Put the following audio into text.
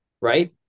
right